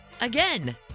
Again